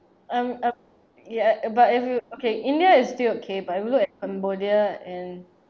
um um ya but if you okay india is still okay but if you look cambodia and